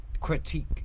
critique